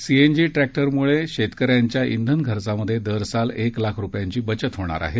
CNG ट्रक्टरमुळे शेतकऱ्यांच्या इंधन खर्चात दरसाल एक लाख रुपयांची बचत होणार आहे